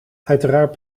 uiteraard